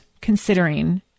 considering